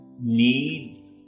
need